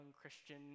Christian